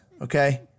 okay